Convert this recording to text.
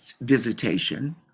visitation